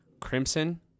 crimson